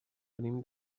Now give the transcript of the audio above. venim